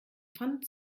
pfand